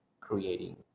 creating